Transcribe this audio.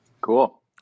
Cool